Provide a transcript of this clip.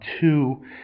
two